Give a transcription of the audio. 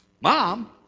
Mom